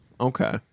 Okay